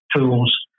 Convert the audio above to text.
tools